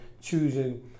choosing